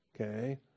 Okay